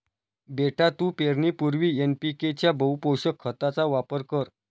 बेटा तू पेरणीपूर्वी एन.पी.के च्या बहुपोषक खताचा वापर कर